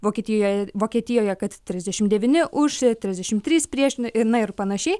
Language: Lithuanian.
vokietijoje vokietijoje kad trisdešim devyni už trisdešim trys prieš ir na ir panašiai